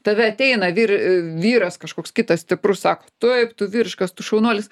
tave ateina vyr vyras kažkoks kitas stiprus sako taip tu vyriškas tu šaunuolis